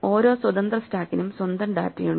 ഓരോ സ്വതന്ത്ര സ്റ്റാക്കിനും സ്വന്തം ഡാറ്റയുണ്ട്